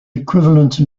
equivalence